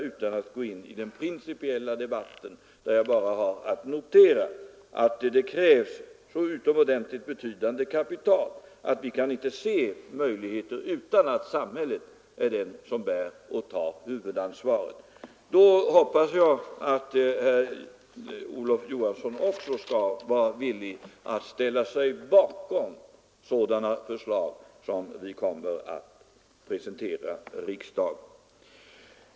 Jag vill inte gå in i den principiella debatten där jag bara har att notera att det krävs så utomordentligt betydande kapital att vi inte kan se någon annan möjlighet än den att samhället bär huvudansvaret. Då hoppas jag att herr Olof Johansson också skall vara villig att ställa sig bakom sådana förslag som vi kommer att presentera för riksdagen.